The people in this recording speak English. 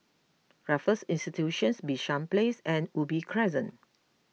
Raffles Institution Bishan Place and Ubi Crescent